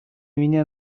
mnie